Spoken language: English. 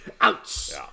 Ouch